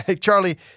Charlie